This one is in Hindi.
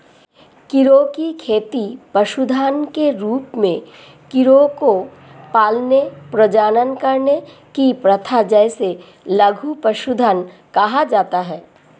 कीड़ों की खेती पशुधन के रूप में कीड़ों को पालने, प्रजनन करने की प्रथा जिसे लघु पशुधन कहा जाता है